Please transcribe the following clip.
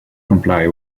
comply